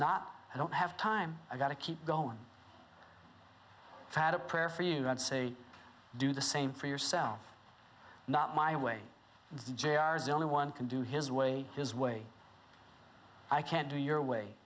not i don't have time i got to keep going for had a prayer for you and say do the same for yourself not my way jr's only one can do his way his way i can't do your way